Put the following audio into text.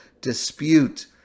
dispute